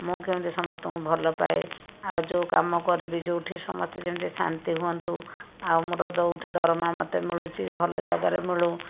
ମୁଁ କେମିତି ସମସ୍ତଙ୍କୁ ଭଲପାଏ ଆଉ ଯେଉଁ କାମ କରିବି ଯେଉଁଠି ସମସ୍ତେ ଯେମିତି ଶାନ୍ତି ହୁଅନ୍ତୁ ଆଉ ମୋର ଯେଉଁଠି ଦରମା ମୋତେ ମିଳୁଛି ଭଲ ଜାଗାରେ ମିଳୁ